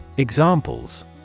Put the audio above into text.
examples